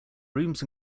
rooms